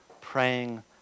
praying